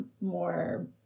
more